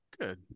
good